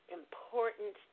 important